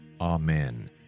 Amen